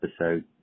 episode